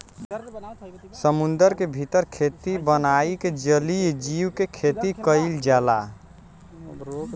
समुंदर के भीतर खेती बनाई के जलीय जीव के खेती कईल जाला